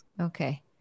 Okay